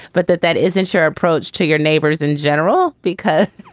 but that that isn't sure approach to your neighbors in general because.